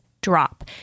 drop